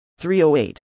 308